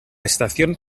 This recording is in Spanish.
estación